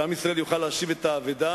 כדי שעם ישראל יוכל להשיב את האבדה,